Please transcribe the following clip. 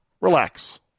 Relax